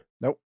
nope